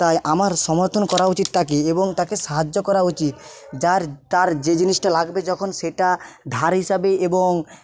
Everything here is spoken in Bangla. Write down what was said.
তাই আমার সমর্থন করা উচিত তাকে এবং তাকে সাহায্য করা উচিত যার তার যে জিনিসটা লাগবে যখন সেটা ধার হিসাবে এবং